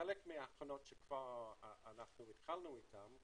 חלק מההכנות שכבר התחלנו זה